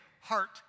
heart